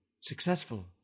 successful